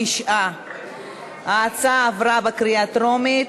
9. ההצעה עברה בקריאה טרומית